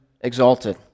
exalted